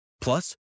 Plus